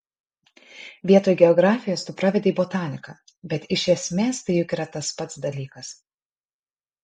vietoj geografijos tu pravedei botaniką bet iš esmės tai juk yra tas pats dalykas